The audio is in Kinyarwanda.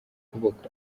ukuboko